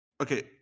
Okay